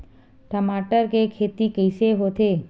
टमाटर के खेती कइसे होथे?